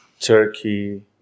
Turkey